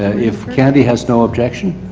ah if candy has no objection.